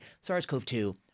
SARS-CoV-2